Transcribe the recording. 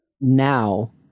now